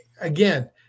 again